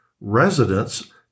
residents